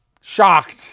Shocked